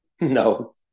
No